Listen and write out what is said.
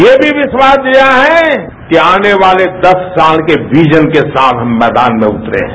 ये भी विश्वास दिया है कि आने वाले दस साल के विजन के साथ मैदान में उतरे हैं